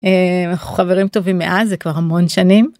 חברים טובים מאז כבר המון שנים.